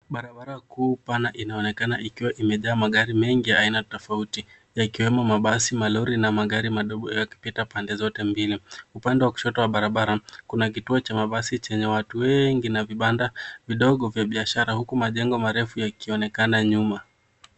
Barabara kuu pana inaonekana ikiwa imejaa magari mengi ya aina tofauti, yakiwemo mabasi, malori na magari madogo yakipita pande zote mbili. Upande wa kushoto wa barabara kuna kituo cha mabasi chenye watu wengi na vibanda vidogo vya biashara uku majengo marefu yakionekana nyuma.